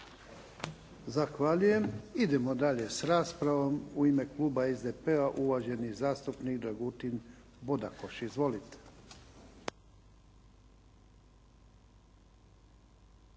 Zahvaljujem. Idemo dalje s raspravom. U ime kluba SDP-a, uvaženi zastupnik Dragutin Bodakoš. Izvolite.